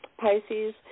Pisces